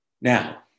Now